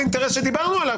וכל אינטרס שדיברנו עליו,